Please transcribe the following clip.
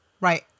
Right